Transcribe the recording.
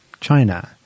China